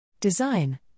Design